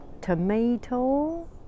tomato